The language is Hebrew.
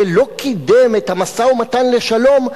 זה לא קידם את המשא-ומתן לשלום,